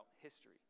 history